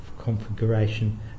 configuration